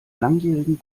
langjährigen